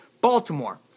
Baltimore